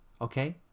Okay